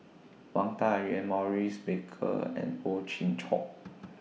Wang Dayuan Maurice Baker and Ow Chin Hock